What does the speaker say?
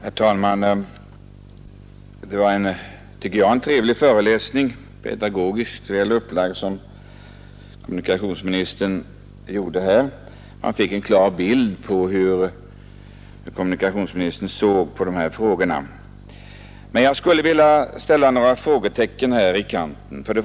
Herr talman! Det var, tycker jag, en trevlig föreläsning — pedagogiskt väl upplagd — som kommunikationsministern gav här. Man fick en klar bild av hur kommunikationsministern ser på dessa frågor. Men jag skulle vilja sätta några frågetecken i kanten.